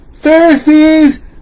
Pharisees